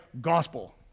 Gospel